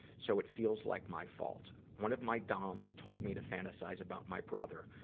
so it feels like my fault. one of my doms told me to fantasize about my brother,